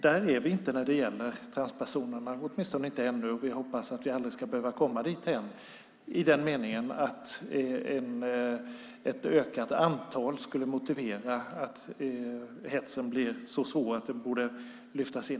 Där är vi inte när det gäller transpersoner, åtminstone inte ännu och vi hoppas att vi aldrig ska behöva komma dithän att ett ökat antal skulle motivera att hetsen blir så svår att den borde lyftas in.